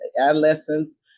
adolescents